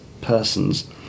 persons